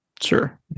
Sure